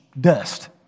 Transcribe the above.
dust